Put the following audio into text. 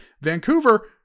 Vancouver